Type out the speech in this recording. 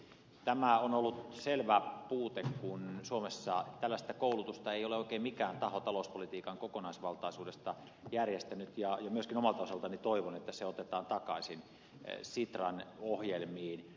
tämä on ollut selvä puute kun suomessa tällaista koulutusta ei ole oikein mikään taho talouspolitiikan kokonaisvaltaisuudesta järjestänyt ja myöskin omalta osaltani toivon että se otetaan takaisin sitran ohjelmiin